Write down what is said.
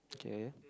okay